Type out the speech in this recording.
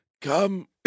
come